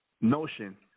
notion